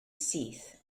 syth